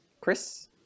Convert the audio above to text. Chris